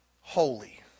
holy